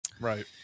Right